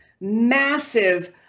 massive